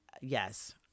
Yes